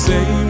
Say